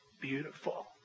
beautiful